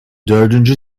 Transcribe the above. dördüncü